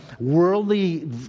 worldly